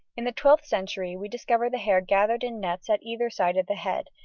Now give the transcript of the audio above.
in the twelfth century we discover the hair gathered in nets at either side of the head,